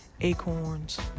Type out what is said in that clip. Acorns